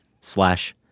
slash